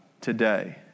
today